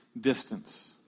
distance